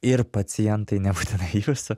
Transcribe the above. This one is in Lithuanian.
ir pacientai nebūtinai jūsų